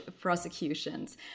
prosecutions